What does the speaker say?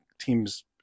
teams